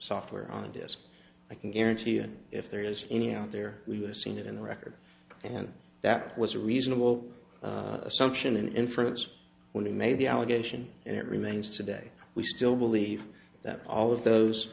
software on disk i can guarantee you if there is any out there we've seen it in the record and that was a reasonable assumption inference when we made the allegation and it remains today we still believe that all of those